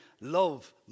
love